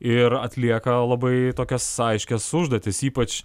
ir atlieka labai tokias aiškias užduotis ypač